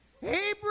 Hey